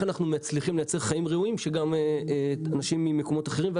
אנחנו מצליחים לייצר חיים ראויים שגם אנשים ממקומות אחרים יבואו.